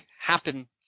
happen